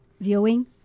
viewing